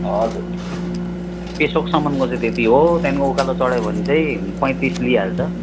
हजुर पेसोकसम्मको चाहिँ त्यति हो त्यहाँदेखिको उकालो चढ्यो भने चाहिँ पैँतिस लिइहाल्छ